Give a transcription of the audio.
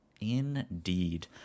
indeed